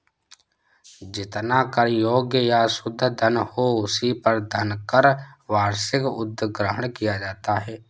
जितना कर योग्य या शुद्ध धन हो, उसी पर धनकर का वार्षिक उद्ग्रहण किया जाता है